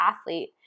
athlete